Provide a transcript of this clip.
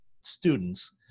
students